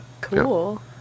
Cool